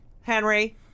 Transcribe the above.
Henry